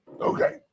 Okay